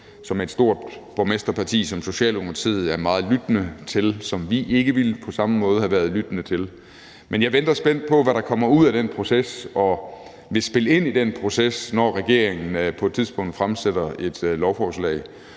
som et stort borgmesterparti som Socialdemokratiet er meget lydhøre over for, og som vi ikke på samme måde ville have været lydhøre over for. Men jeg venter spændt på, hvad der kommer ud af den proces, og vil spille ind i den proces, når regeringen på et tidspunkt fremsætter et lovforslag,